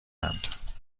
اند